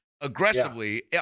aggressively